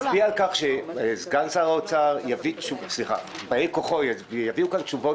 הצביעה על כך שבאי כוחו של סגן שר האוצר יביאו לכאן תשובות